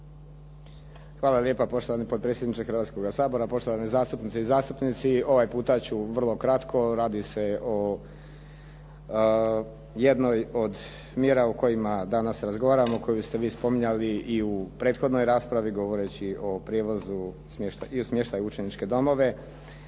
Hvala lijepa poštovani potpredsjedniče Hrvatskoga sabora, poštovane zastupnice i zastupnici. Ovaj puta ću vrlo kratko. Radi se o jednoj od mjera o kojima danas razgovaramo, koju ste vi spominjali i u prethodnoj raspravi govoreći o prijevozu i o smještaju u učeničke domove.